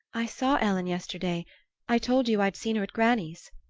i saw ellen yesterday i told you i'd seen her at granny's.